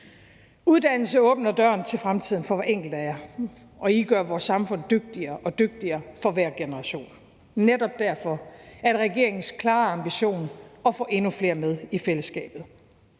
Uddannelse åbner døren til fremtiden for hver enkelt af jer, og I gør vores samfund dygtigere og dygtigere for hver generation. Netop derfor er det regeringens klare ambition at få endnu flere med i fællesskabet.